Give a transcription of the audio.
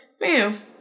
man